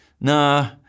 nah